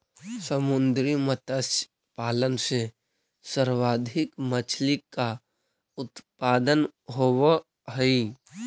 समुद्री मत्स्य पालन से सर्वाधिक मछली का उत्पादन होवअ हई